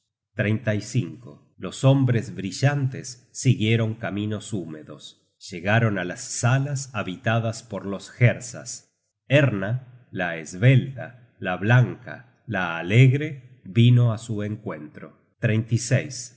y repartió los anillos los hombres brillantes siguieron caminos húmedos llegaron á las salas habitadas por los hersas erna la esbelta la blanca la alegre vino á su encuentro ellos la